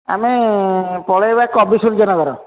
ଆମେ ପଳେଇବା କବି ସୂର୍ଯ୍ୟ ନଗର